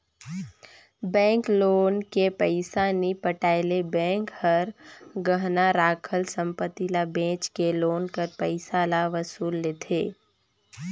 bank loan के पइसा नी पटाए ले बेंक हर गहना राखल संपत्ति ल बेंच के लोन कर पइसा ल वसूल लेथे